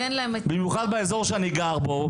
במיוחד באזור שאני גר בו,